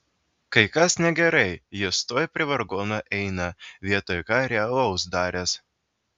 kai kas negerai jis tuoj prie vargonų eina vietoj ką realaus daręs